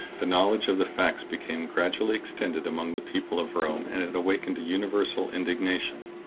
the knowledge of the facts became gradually extended among the people of rome and it awakened a universal indignation.